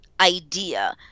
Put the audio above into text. idea